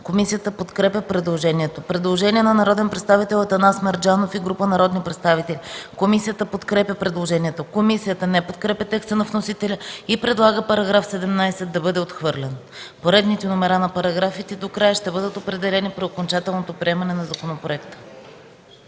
комисията подкрепя. Предложение от народния представител Атанас Мерджанов и група народни представители, което е подкрепено от комисията. Комисията не подкрепя текста на вносителя и предлага § 17 да бъде отхвърлен. Поредните номера на параграфите до края ще бъдат определени при окончателното приемане на законопроекта.